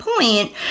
point